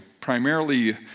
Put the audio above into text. primarily